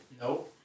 Nope